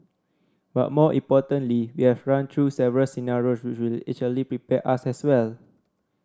but more importantly we have run through several scenarios which will prepare us as well